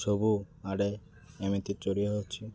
ସବୁଆଡ଼େ ଏମିତି ଚରିଆ ଅଛି